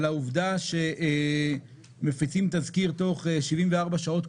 עם העובדה שמפיצים תזכיר בתוך 74 שעות,